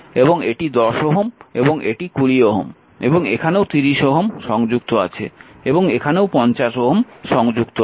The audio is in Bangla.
এবং এটি 10 Ω এবং এটি 20 Ω এবং এখানেও 30 Ω সংযুক্ত আছে এবং এখানেও 50 Ω সংযুক্ত আছে